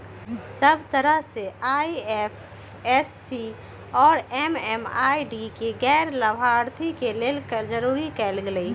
सब तरह से आई.एफ.एस.सी आउरो एम.एम.आई.डी के गैर लाभार्थी के लेल जरूरी कएल गेलई ह